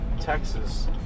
Texas